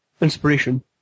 inspiration